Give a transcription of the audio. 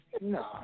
No